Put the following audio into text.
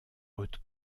haute